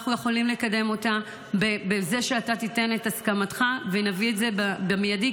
אנחנו יכולים לקדם אותה בזה שאתה תיתן את הסכמתך ונביא את זה במיידי,